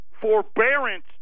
forbearance